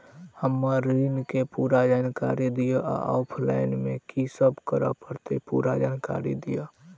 हम्मर ऋण केँ पूरा जानकारी दिय आ ऑफलाइन मे की सब करऽ पड़तै पूरा जानकारी दिय?